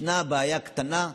ישנה בעיה קטנה,